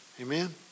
Amen